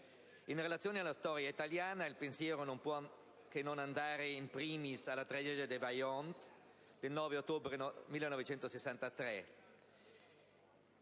In relazione alla storia italiana il pensiero non può che andare, *in primis*, alla tragedia del Vajont del 9 ottobre 1963,